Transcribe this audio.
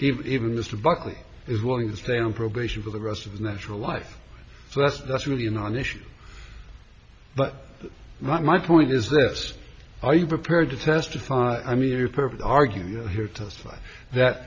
that even mr buckley is willing to stay on probation for the rest of natural life so that's that's really a non issue but my point is this are you prepared to testify i mean you're perfect argue you